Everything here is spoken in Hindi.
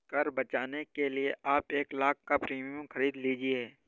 कर बचाने के लिए आप एक लाख़ का प्रीमियम खरीद लीजिए